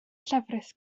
llefrith